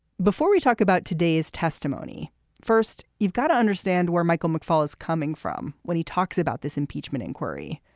before we talk about today's testimony first you've got to understand where michael mcfaul is coming from when he talks about this impeachment inquiry.